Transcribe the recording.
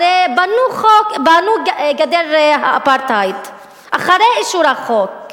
הרי בנו גדר אפרטהייד אחרי אישור החוק,